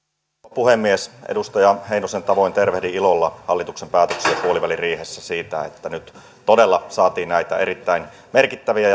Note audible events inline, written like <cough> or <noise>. puhemies edustaja heinosen tavoin tervehdin ilolla hallituksen päätöksiä puoliväliriihessä siitä että nyt todella saatiin näitä erittäin merkittäviä <unintelligible>